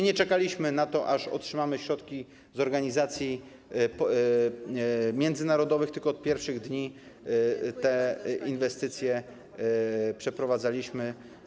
Nie czekaliśmy na to, aż otrzymamy środki z organizacji międzynarodowych, tylko od pierwszych dni te inwestycje prowadziliśmy.